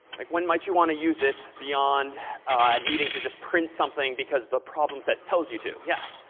like when might you want to use it beyond needing to just print something because the problem set tells you to. yeah?